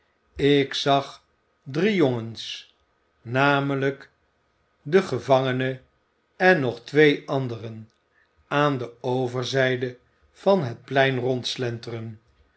ik zag drie jongens namelijk den gevangene en nog twee anderen aan de overzijde van het plein rondslenteren